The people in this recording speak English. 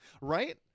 Right